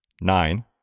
nine